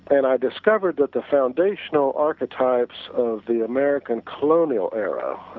and i discovered that the foundational archetypes of the american colonial era,